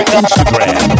Instagram